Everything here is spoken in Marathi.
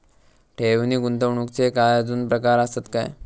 ठेव नी गुंतवणूकचे काय आजुन प्रकार आसत काय?